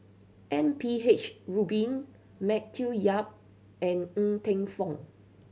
M P H Rubin Matthew Yap and Ng Teng Fong